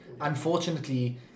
Unfortunately